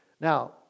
Now